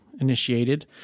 initiated